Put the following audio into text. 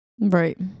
Right